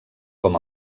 com